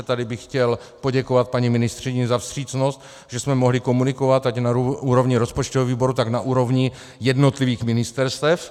Tady bych chtěl poděkovat paní ministryni za vstřícnost, že jsme mohli komunikovat ať na úrovni rozpočtového výboru, tak na úrovni jednotlivých ministerstev.